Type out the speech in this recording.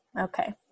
okay